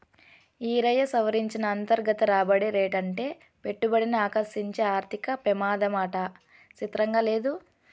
ఈరయ్యా, సవరించిన అంతర్గత రాబడి రేటంటే పెట్టుబడిని ఆకర్సించే ఆర్థిక పెమాదమాట సిత్రంగా లేదూ